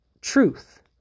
truth